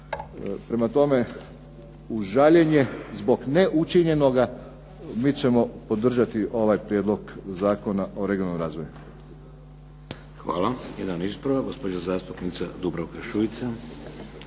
Prema tome, uz žaljenje zbog neučinjenoga mi ćemo podržati ovaj prijedlog Zakona o regionalnom razvoju. **Šeks, Vladimir (HDZ)** Hvala. Jedan ispravak, gospođa zastupnica Dubravka Šuica.